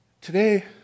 Today